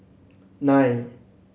nine